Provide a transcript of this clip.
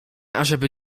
ażeby